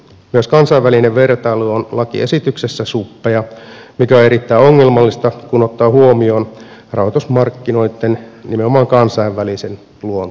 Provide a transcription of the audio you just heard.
myös kansainvälinen vertailu on lakiesityksessä suppea mikä on erittäin ongelmallista kun ottaa huomioon rahoitusmarkkinoitten nimenomaan kansainvälisen luonteen